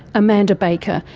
amanda baker,